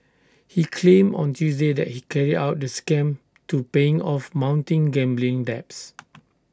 he claimed on Tuesday that he carried out the scam to paying off mounting gambling debts